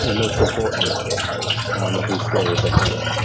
yeah most important um of these skills, i think.